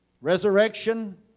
resurrection